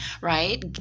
right